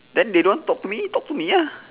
then they don't talk to me talk to me ya